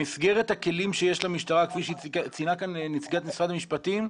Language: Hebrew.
במסגרת הכלים שיש למשטרה כפי שציינה כאן נציגת משרד המשפטים,